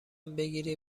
بگیری